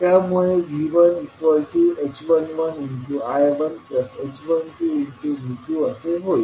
त्यामुळे हे V1h11I1h12V2असे होईल